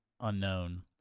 unknown